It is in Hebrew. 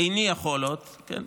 "איני יכול עוד" כן,